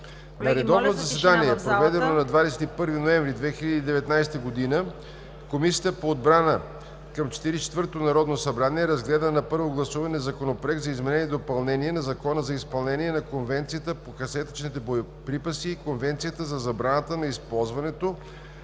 На редовно заседание, проведено на 21 ноември 2019 г., Комисията по отбрана към Четиридесет и четвъртото народно събрание разгледа на първо гласуване Законопроект за изменение и допълнение на Закона за изпълнение на Конвенцията по касетъчните боеприпаси и Конвенцията за забраната на използването,